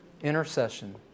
Intercession